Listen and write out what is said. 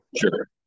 Sure